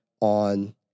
on